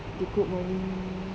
dia good morning